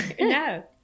No